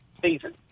season